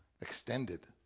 Extended